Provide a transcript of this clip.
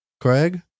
Craig